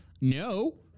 No